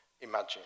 imagine